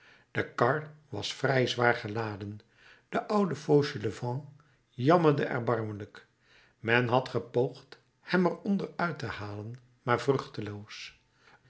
de kar was vrij zwaar geladen de oude fauchelevent jammerde erbarmelijk men had gepoogd hem er onder uit te halen maar